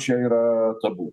čia yra tabu